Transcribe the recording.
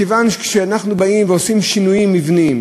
מכיוון שכשאנחנו באים ועושים שינויים מבניים